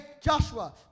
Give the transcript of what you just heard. Joshua